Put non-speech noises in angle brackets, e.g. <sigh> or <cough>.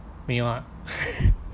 mean what <laughs>